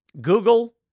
Google